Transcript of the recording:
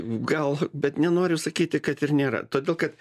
gal bet nenoriu sakyti kad ir nėra todėl kad